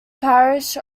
parish